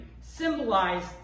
symbolized